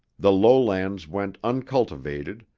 the low-lands went uncultivated,